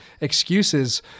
excuses